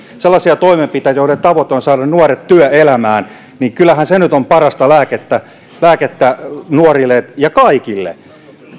sellaisia toimenpiteitä joiden tavoite on saada nuoret työelämään niin kyllähän se nyt on parasta lääkettä lääkettä nuorille ja kaikille